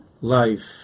life